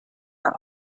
are